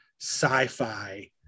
sci-fi